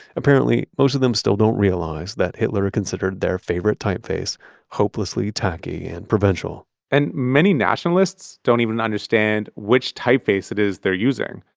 apparently most of them still don't realize that hitler considered their favorite typeface hopelessly tacky and provincial and many nationalists don't even understand which typeface it is they're using.